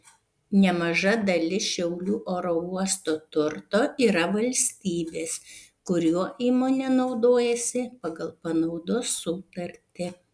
nemaža dalis šiaulių oro uosto turto yra valstybės kuriuo įmonė naudojasi pagal panaudos sutartį